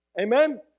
Amen